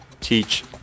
teach